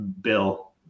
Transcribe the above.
bill